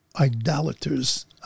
idolaters